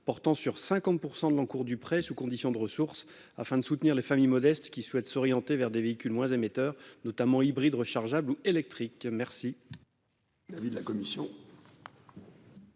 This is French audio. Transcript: portant sur 50 % de l'encours du prêt, sous conditions de ressources, afin de soutenir les familles modestes souhaitant s'orienter vers des véhicules moins émetteurs, notamment hybrides rechargeables ou électriques. Quel